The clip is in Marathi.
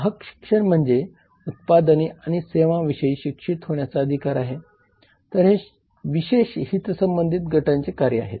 ग्राहक शिक्षण म्हणजे उत्पादने आणि सेवांविषयी शिक्षित होण्याचा अधिकार आहे तर हे विशेष हितसंबंधी गटांचे कार्य आहेत